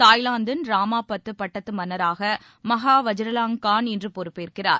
தாய்லாந்தின் ராமா பத்து பட்டத்து மன்னராக மஹா வஜிரலாங்கான் இன்று பொறுப்பேற்கிறார்